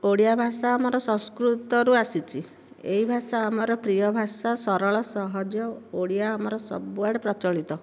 ଓଡ଼ିଆ ଭାଷା ଆମର ସଂସ୍କୃତରୁ ଆସିଛି ଏହି ଭାଷା ଆମର ପ୍ରିୟ ଭାଷା ସରଳ ସହଜ ଓଡ଼ିଆ ଆମର ସବୁଆଡ଼େ ପ୍ରଚଳିତ